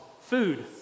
Food